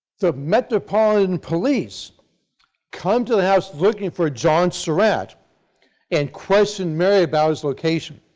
the metropolitan police come to the house looking for john surratt and question mary about his location.